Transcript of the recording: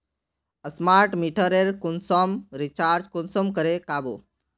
Smart मीटरेर कुंसम recharge कुंसम करे का बो?